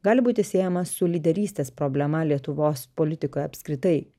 gali būti siejamas su lyderystės problema lietuvos politikoje apskritai